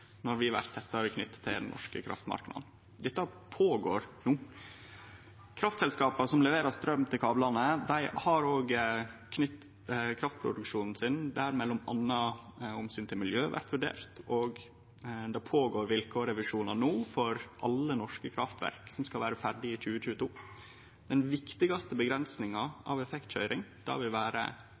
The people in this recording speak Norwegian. når vi blir tettare knytte til den norske kraftmarknaden. Dette pågår no. Kraftselskapa som leverer straum til kablane, har kraftproduksjon der m.a. omsynet til miljøet blir vurdert, og det pågår no vilkårsrevisjonar av alle norske kraftverk som skal vere ferdige i 2022. Den viktigaste avgrensinga av effektkøyring vil vere